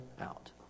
out